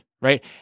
right